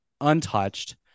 untouched